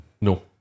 no